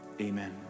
amen